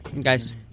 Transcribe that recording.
Guys